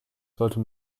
sollte